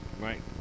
Right